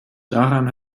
daran